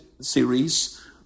series